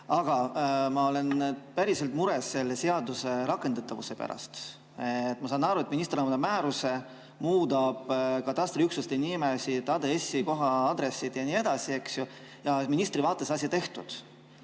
Aga ma olen päriselt mures selle seaduse rakendatavuse pärast. Ma saan aru, et minister annab määruse, muudab katastriüksuste nimesid, ADS-i koha-aadresse ja nii edasi. Ja ministri vaates on asi tehtud.